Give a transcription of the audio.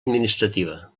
administrativa